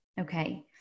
Okay